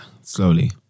slowly